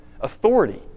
Authority